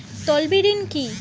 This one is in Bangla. তলবি ঋন কি?